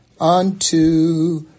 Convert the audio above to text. unto